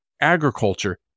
agriculture